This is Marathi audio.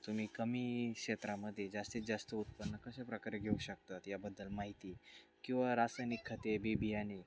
तुम्ही कमी क्षेत्रामध्ये जास्तीत जास्त उत्पन्न कशा प्रकारे घेऊ शकतात याबद्दल माहिती किंवा रासायनिक खते बीबियाणे